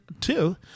two